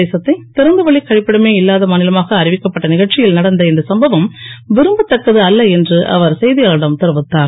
Puduvai union பிரதேசத்தை திறந்தவெளிக் கழிப்பிடமே இல்லாத மாநிலமாக அறிவிக்கப்பட்ட நிகழ்ச்சியில் நடந்த இந்த சம்பவம் விரும்பதக்கது அல்ல என்று அவர் செய்தியாளர்களிடம் தெரிவித்தார்